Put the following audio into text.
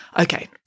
Okay